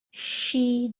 she